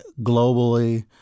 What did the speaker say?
globally